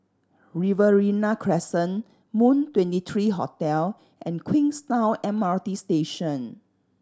Riverina Crescent Moon Twenty three Hotel and Queenstown M R T Station